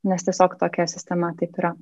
nes tiesiog tokia sistema taip yra